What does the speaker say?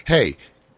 Hey